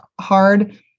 hard